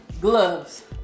Gloves